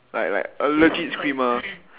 like like a legit screamer